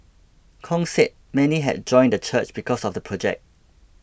Kong said many had joined the church because of the project